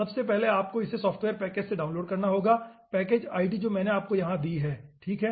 सबसे पहले आपको इसे सॉफ्टवेयर पैकेज से डाउनलोड करना होगा पैकेज आईडी जो मैंने आपको यहां दी है ठीक है